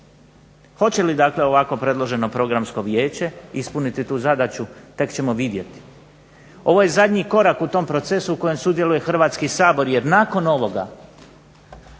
Hoće li dakle ovako predloženo Programsko vijeće ispuniti tu zadaću tek ćemo vidjeti. Ovo je zadnji korak u tom procesu u kojem sudjeluje Hrvatski sabor jer nakon ovoga